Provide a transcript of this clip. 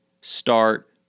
Start